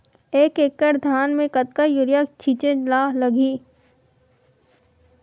एक एकड़ धान में कतका यूरिया छिंचे ला लगही?